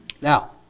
Now